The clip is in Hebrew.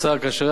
כאשר אז,